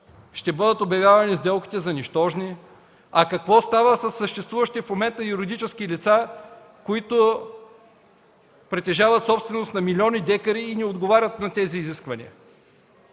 Ще бъдат обявявани сделките за нищожни ли? А какво става със съществуващите в момента юридически лица, които притежават собственост на милиони декари и не отговарят на тези изисквания?